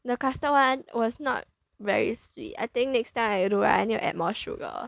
the custard one was not very sweet I think next time I do right I need to add more sugar